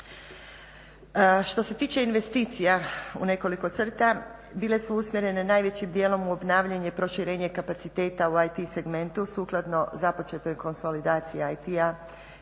Što se tiče investicija u nekoliko crta, bile su usmjerene najvećim dijelom u obnavljanje i proširenje kapaciteta u IT segmentu sukladno započetoj konsolidaciji IT-a